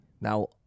Now